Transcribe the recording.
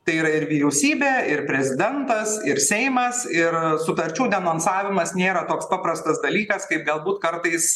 tai yra ir vyriausybė ir prezidentas ir seimas ir sutarčių denonsavimas nėra toks paprastas dalykas kaip galbūt kartais